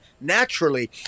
naturally